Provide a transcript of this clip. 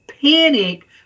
panic